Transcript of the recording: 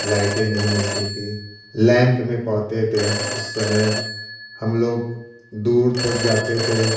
लाइटें नहीं मिलती थी लैंप में पढ़ते थे उस समय हम लोग दूर तक जाते थे